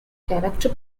character